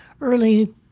early